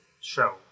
show